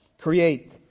Create